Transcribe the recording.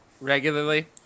regularly